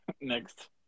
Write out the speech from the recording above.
next